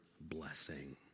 blessing